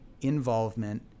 Involvement